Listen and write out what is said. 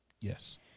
yes